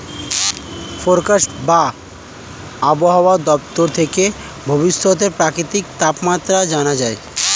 forecast বা আবহাওয়া দপ্তর থেকে ভবিষ্যতের প্রাকৃতিক তাপমাত্রা জানা যায়